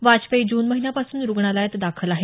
वाजपेयी जून महिन्यापासून रुग्णालयात दाखल आहेत